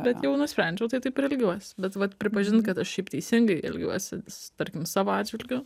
bet jau nusprendžiau tai taip ir elgiuos bet vat pripažin kad aš šiaip teisingai elgiuosi tarkim savo atžvilgiu